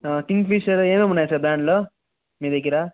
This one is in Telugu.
ఆ కింగ్ఫిషర్ ఏమేం ఉన్నాయి సార్ బ్రాండ్లు మీ దగ్గర